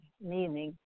meaning